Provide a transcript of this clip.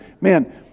Man